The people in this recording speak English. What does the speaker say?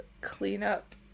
cleanup